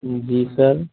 جی سر